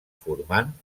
formant